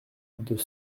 deux